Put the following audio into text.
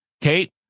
Kate